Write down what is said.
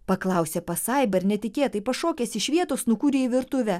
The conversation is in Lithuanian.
paklausė pasaiba ir netikėtai pašokęs iš vietos nukūrė į virtuvę